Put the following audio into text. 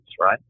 right